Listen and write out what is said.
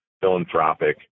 philanthropic